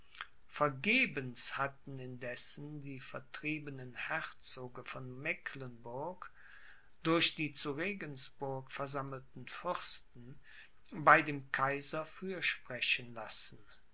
vergebens hatten indessen die vertriebenen herzoge von mecklenburg durch die zu regensburg versammelten fürsten bei dem kaiser fürsprechen lassen